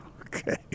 Okay